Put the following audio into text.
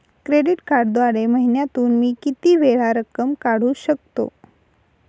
Credit कार्डद्वारे महिन्यातून मी किती वेळा रक्कम काढू शकतो?